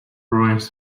ruins